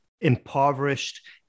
impoverished